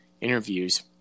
interviews